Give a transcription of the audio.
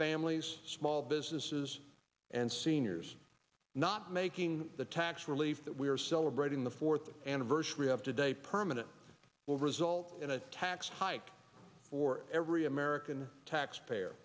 families small businesses and seniors not making the tax relief that we are celebrating the fourth anniversary of today permanent will result in a tax hike for every american taxpayer